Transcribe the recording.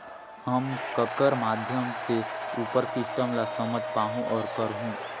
हम ककर माध्यम से उपर सिस्टम ला समझ पाहुं और करहूं?